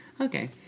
Okay